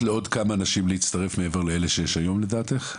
לעוד כמה נשים להצטרף מעבר לאלה שיש היום לדעתך?